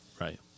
right